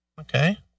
Okay